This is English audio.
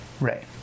Right